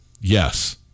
yes